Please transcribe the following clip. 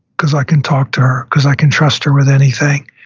because i can talk to her. because i can trust her with anything.